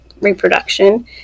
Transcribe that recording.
reproduction